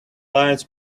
lines